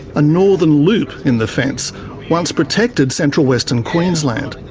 a northern loop in the fence once protected central western queensland.